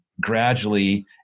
gradually